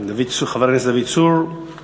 אני מזמין את חבר הכנסת דוד צור לשאת את דבריו.